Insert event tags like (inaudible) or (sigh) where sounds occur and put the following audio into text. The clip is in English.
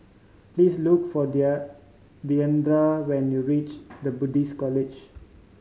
please look for (unintelligible) when you reach The Buddhist College